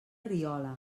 riola